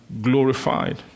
glorified